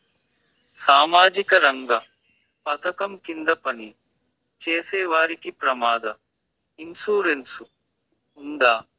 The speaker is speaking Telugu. సామాజిక రంగ పథకం కింద పని చేసేవారికి ప్రమాద ఇన్సూరెన్సు ఉందా?